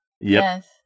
Yes